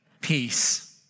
peace